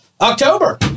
October